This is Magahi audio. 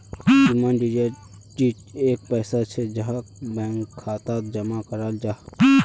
डिमांड डिपाजिट एक पैसा छे जहाक बैंक खातात जमा कराल जाहा